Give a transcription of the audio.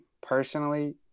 personally